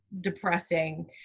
depressing